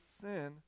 sin